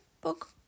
Book